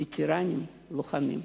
וטרנים, לוחמים.